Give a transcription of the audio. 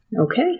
Okay